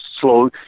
slow